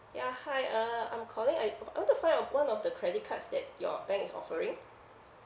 ya hi uh I'm calling I I want to find out one of the credit cards that your bank is offering